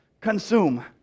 consume